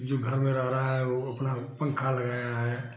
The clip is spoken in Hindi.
जो घर में रहे रहा है वह अपना पन्खा लगाया है